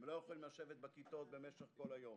הם לא יכולים לשבת בכיתות כל היום.